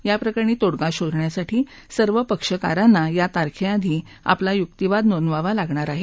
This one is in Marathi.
या प्रकरणावर तोडगा शोधण्यासाठी सर्व पक्षकारांना या तारखेआधी आपला युक्तीवाद नोंदवावा लागणार आहे